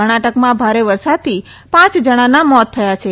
કર્ણાટકમાં ભારે વરસાદથી પાંચ જણાનાં મોત થયાં છે